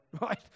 right